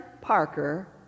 Parker